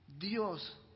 Dios